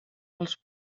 els